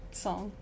song